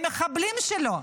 למחבלים שלו.